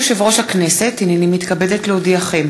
ועדת שרים לענייני חקיקה),